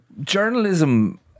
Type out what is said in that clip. Journalism